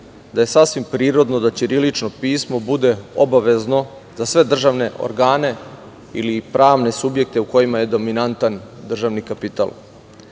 da je sasvim prirodno da ćirilično pismo bude obavezno za sve državne organe ili pravne subjekte u kojima je dominantan državni kapital. To